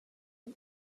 him